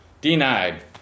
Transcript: Denied